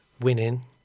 winning